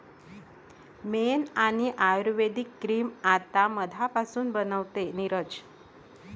मेण आणि आयुर्वेदिक क्रीम आता मधापासून बनते, नीरज